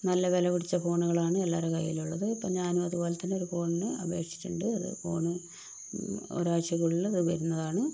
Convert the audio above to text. നല്ല വിലപിടിച്ച ഫോണുകളാണ് എല്ലാര കൈയിലും ഉള്ളത് ഇപ്പം ഞാനും അതുപോലെത്തന്നെ ഒരു ഫോണിന് അപേക്ഷിച്ചിട്ടുണ്ട് അത് ഫോൺ ഒരാഴ്ചക്കുള്ളിൽ വരുന്നതാണ്